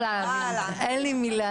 אין לי מילה,